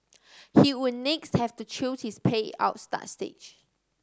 he would next have to choose his payout start age